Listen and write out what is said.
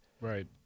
right